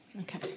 Okay